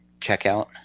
checkout